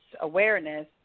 awareness